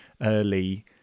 early